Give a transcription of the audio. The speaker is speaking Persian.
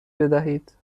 بدهید